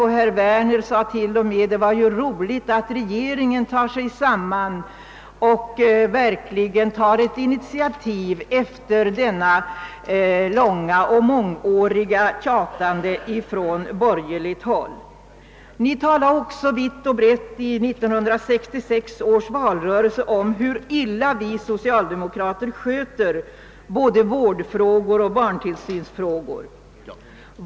Herr Werner sade t.o.m., att det var roligt att regeringen tar sig samman och verkligen tar ett initiativ .efter detta mångåriga tjatande från bor gerligt håll.- Ni talade också vitt och vi socialdemokrater skött både vård frågor och barntillsynsfrågor.